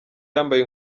yambaye